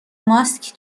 ماسک